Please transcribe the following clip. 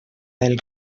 del